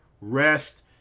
rest